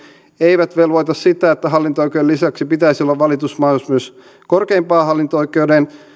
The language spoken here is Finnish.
eivät velvoita sitä että hallinto oikeuden lisäksi pitäisi olla valitusmahdollisuus myös korkeimpaan hallinto oikeuteen